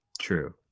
True